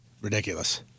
Ridiculous